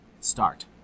start